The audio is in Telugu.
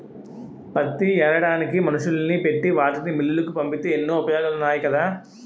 పత్తి ఏరడానికి మనుషుల్ని పెట్టి వాటిని మిల్లులకు పంపితే ఎన్నో ఉపయోగాలున్నాయి కదా